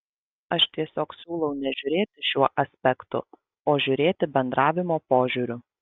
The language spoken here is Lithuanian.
aš tiesiog siūlau nežiūrėti šiuo aspektu o žiūrėti bendravimo požiūriu